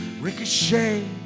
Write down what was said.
ricochet